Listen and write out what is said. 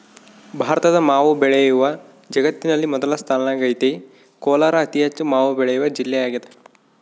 ಭಾರತದ ಮಾವು ಬೆಳೆಯು ಜಗತ್ತಿನಲ್ಲಿ ಮೊದಲ ಸ್ಥಾನದಾಗೈತೆ ಕೋಲಾರ ಅತಿಹೆಚ್ಚು ಮಾವು ಬೆಳೆವ ಜಿಲ್ಲೆಯಾಗದ